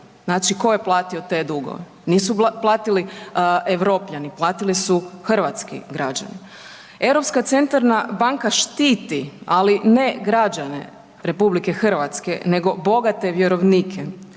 Znači tko je platio te dugove? Nisu platili Europljani, platili su hrvatski građani. Europska centralna banka štiti, ali ne građane RH nego bogate vjerovnike.